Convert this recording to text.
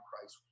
Christ